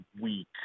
week